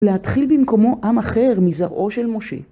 להתחיל במקומו עם אחר מזרעו של משה.